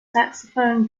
saxophone